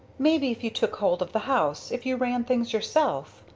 maybe if you took hold of the house if you ran things yourself,